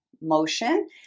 motion